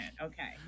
Okay